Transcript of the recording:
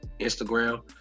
Instagram